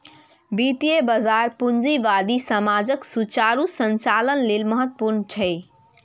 वित्तीय बाजार पूंजीवादी समाजक सुचारू संचालन लेल महत्वपूर्ण छै